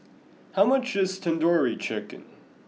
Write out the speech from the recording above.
how much is Tandoori Chicken